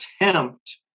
attempt